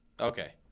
Okay